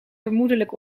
vermoedelijk